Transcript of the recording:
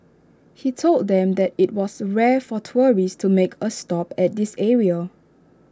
he told them that IT was rare for tourists to make A stop at this area